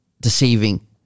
deceiving